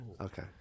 Okay